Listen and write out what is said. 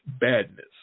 Badness